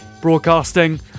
broadcasting